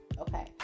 okay